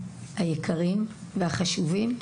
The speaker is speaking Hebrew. היקרים והחשובים,